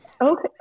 Okay